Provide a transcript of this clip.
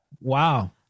wow